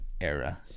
era